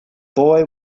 boy